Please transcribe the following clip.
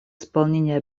исполнения